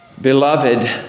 Beloved